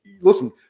Listen